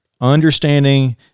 understanding